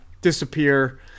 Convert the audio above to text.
disappear